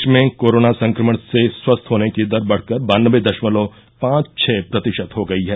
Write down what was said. देश में कोरोना संक्रमण से स्वस्थ होने की दर बढ़कर बानबे दशमलव पांच छह प्रतिशत हो गयी है